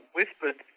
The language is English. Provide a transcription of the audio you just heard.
whispered